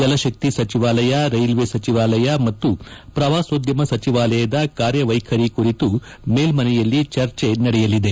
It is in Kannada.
ಜಲಶಕ್ತಿ ಸಚಿವಾಲಯ ರೈಲ್ವೆ ಸಚಿವಾಲಯ ಮತ್ತು ಪ್ರವಾಸೋದ್ಯಮ ಸಚಿವಾಲಯದ ಕಾರ್ಯವ್ಯೆಖರಿ ಕುರಿತು ಮೇಲ್ದನೆಯಲ್ಲಿ ಚರ್ಚೆ ನಡೆಯಲಿದೆ